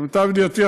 למיטב ידיעתי,